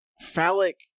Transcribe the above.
phallic